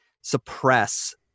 suppress